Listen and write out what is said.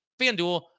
FanDuel